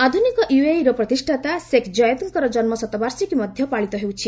ଆଧୁନିକ ୟୁଏଇର ପ୍ରତିଷାତା ଶେଖ ଜୟେଦଙ୍କର ଜନ୍ମ ଶତବାର୍ଷିକୀ ମଧ୍ୟ ପାଳିତ ହେଉଛି